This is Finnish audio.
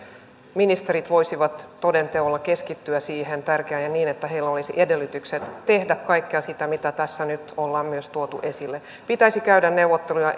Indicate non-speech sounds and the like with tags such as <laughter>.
ministerit voisivat toden teolla keskittyä siihen tärkeään ja niin että heillä olisi edellytykset tehdä kaikkea sitä mitä tässä nyt ollaan myös tuotu esille pitäisi käydä neuvotteluja <unintelligible>